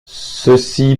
ceci